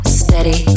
steady